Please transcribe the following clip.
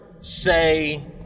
say